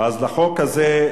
לחוק הזה,